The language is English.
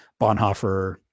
bonhoeffer